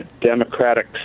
Democratic